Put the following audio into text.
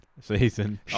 season